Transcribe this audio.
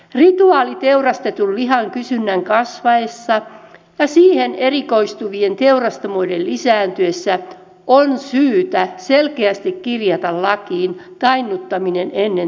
rituaaliteurastetun lihan kysynnän kasvaessa ja siihen erikoistuvien teurastamoiden lisääntyessä on syytä selkeästi kirjata lakiin tainnuttaminen ennen teurastusta